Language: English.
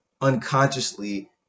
unconsciously